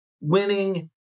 winning